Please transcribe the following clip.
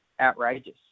Outrageous